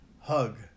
hug